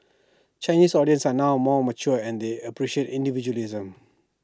Chinese audience are now more mature and they appreciate individualism